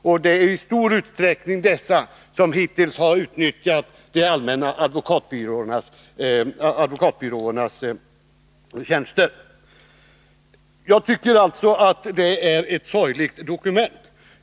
Och det är i stor utsträckning dessa kvinnor som hittills har utnyttjat de allmänna advokatbyråernas tjänster. Jag tycker alltså att propositionen är ett sorgligt dokument.